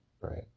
right